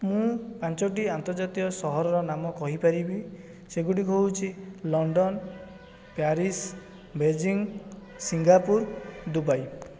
ମୁଁ ପାଞ୍ଚୋଟି ଆନ୍ତର୍ଜାତୀୟ ସହରର ନାମ କହିପାରିବି ସେଗୁଡ଼ିକ ହେଉଛି London Paris Beijing Singapore Dubai